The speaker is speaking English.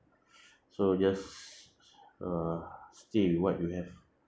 so just uh stay with what you have